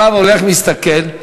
הרב הולך, מסתכל,